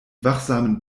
wachsamen